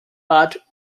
bat